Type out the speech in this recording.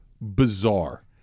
bizarre